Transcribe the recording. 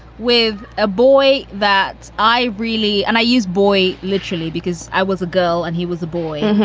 with a boy that i really and i use, boy, literally, because i was a girl and he was a boy.